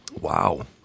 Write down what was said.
wow